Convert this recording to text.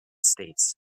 states